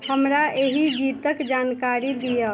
हमरा एहि गीतके जानकारी दिअऽ